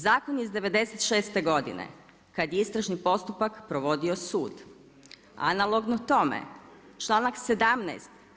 Zakon iz '96. godine, kad je istražni postupak provodio sud, analogno tome, članak 17.